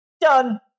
Done